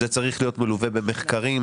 זה צריך להיות מלווה במחקרים.